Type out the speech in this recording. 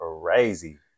crazy